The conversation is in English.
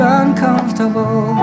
uncomfortable